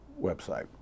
website